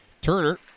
Turner